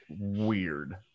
weird